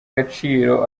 gaciro